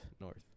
North